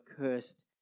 cursed